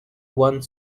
one